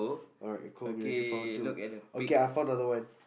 alright cool we already found two okay I found another one